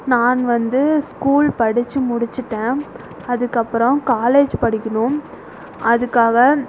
நான் வந்து ஸ்கூல் படிச்சு முடித்திட்டேன் அதுக்கு அப்புறம் காலேஜ் படிக்கணும் அதுக்காக